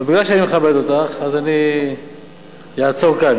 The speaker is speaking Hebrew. אבל מכיוון שאני מכבד אותך, אז אני אעצור כאן.